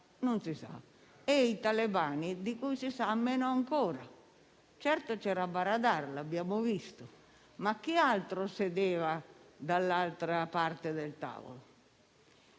Non si sa) e i talebani, di cui si sa meno ancora: certo, c'era Baradar, lo abbiamo visto, ma chi altro sedeva dall'altra parte del tavolo?